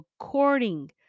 according